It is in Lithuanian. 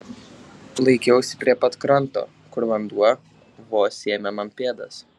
laikiausi prie pat kranto kur vanduo vos sėmė man pėdas